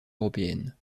européenne